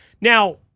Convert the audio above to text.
Now